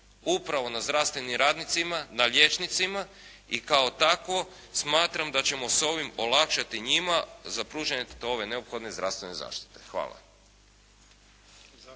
upravo na zdravstvenim radnicima, na liječnicima i kao takvo, smatram da ćemo s ovim olakšati njima za pružanje ove neophodne zdravstvene zaštite. Hvala.